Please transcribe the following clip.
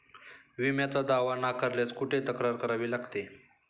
विम्याचा दावा नाकारल्यास कुठे तक्रार करावी लागते?